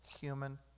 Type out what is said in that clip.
human